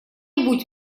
нибудь